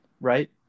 right